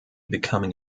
becoming